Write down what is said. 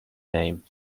name